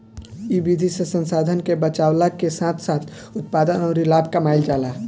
इ विधि से संसाधन के बचावला के साथ साथ उत्पादन अउरी लाभ कमाईल जाला